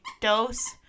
dose